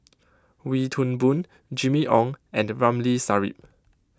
Wee Toon Boon Jimmy Ong and Ramli Sarip